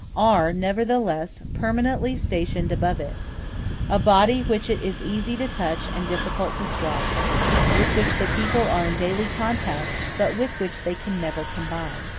are, nevertheless, permanently stationed above it a body which it is easy to touch and difficult to strike with which the people are in daily contact, but with which they can never combine.